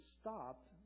stopped